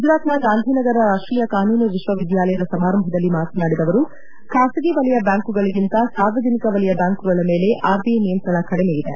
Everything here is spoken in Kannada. ಗುಜರಾತ್ನ ಗಾಂಧಿನಗರ ರಾಷ್ಟೀಯ ಕಾನೂನು ವಿಶ್ವವಿದ್ಯಾಲಯದ ಸಮಾರಂಭದಲ್ಲಿ ಮಾತನಾಡಿದ ಅವರು ಬಾಸಗಿ ವಲಯ ಬ್ಯಾಂಕ್ಗಳಿಗಿಂತ ಸಾರ್ವಜನಿಕ ವಲಯ ಬ್ಯಾಂಕ್ಗಳ ಮೇಲೆ ಆರ್ಬಿಐ ನಿಯಂತ್ರಣ ಕಡಿಮೆ ಇದೆ